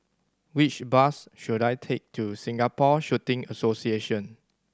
which bus should I take to Singapore Shooting Association